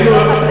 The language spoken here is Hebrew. פעם היינו,